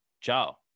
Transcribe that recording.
ciao